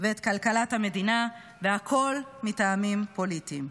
ואת כלכלת המדינה, והכול מטעמים פוליטיים.